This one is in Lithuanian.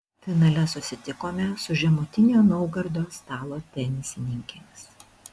finale susitikome su žemutinio naugardo stalo tenisininkėmis